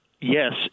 Yes